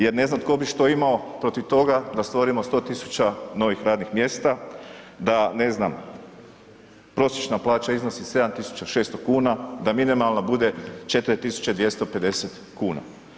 Jer ne znam tko bi što imao protiv toga da stvorimo 100.000 novih radnih mjesta, da ne znam prosječna plaća iznosi 7.600 kuna, da minimalna bude 4.250 kuna.